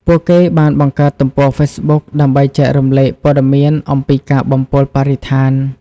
ពួកគេបានបង្កើតទំព័រហ្វេសបុក ដើម្បីចែករំលែកព័ត៌មានអំពីការបំពុលបរិស្ថាន។